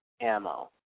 ammo